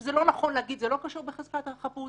שזה לא נכון להגיד שזה לא קשור בחזקת החפות,